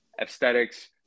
aesthetics